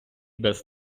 без